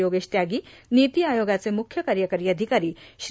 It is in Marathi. योगेश त्यांनी नीती आयोगाचे मुख्य कार्यकारी अधिकारी श्री